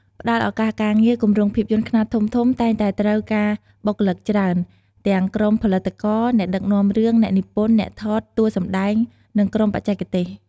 ផ្តល់ឱកាសការងារ គម្រោងភាពយន្តខ្នាតធំៗតែងតែត្រូវការបុគ្គលិកច្រើន ទាំងក្រុមផលិតករ អ្នកដឹកនាំរឿង អ្នកនិពន្ធ អ្នកថត តួសម្ដែង និងក្រុមបច្ចេកទេស។